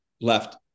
left